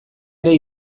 ere